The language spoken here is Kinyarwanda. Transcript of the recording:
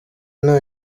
nta